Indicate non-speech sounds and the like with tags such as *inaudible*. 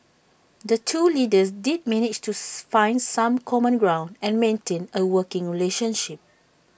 the two leaders did manage to *unintelligible* find some common ground and maintain A working relationship